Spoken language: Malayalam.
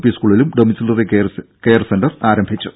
പി സ്കൂളിലും ഡൊമിസിലറി കെയർ സെന്റർ ആരംഭിച്ചു